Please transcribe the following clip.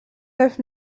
neuf